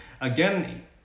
again